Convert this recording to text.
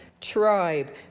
tribe